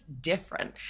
different